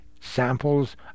samples